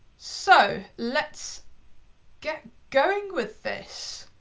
so let's get going with this.